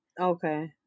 okay